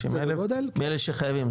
250 אלף מאלה שחייבים,